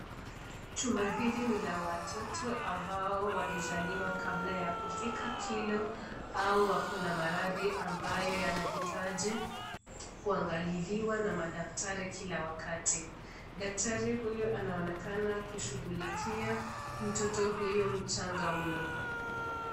Chuma hili ni cha watoto ambao walizaliwa kabla kufika kilo au wako na maradhi ambayo yanahitaji kuangaliliwa na madaktari kila wakati, daktari huyu anaonekana kushughulikia mtoto huyu mchanga mno.